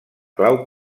clau